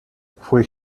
fue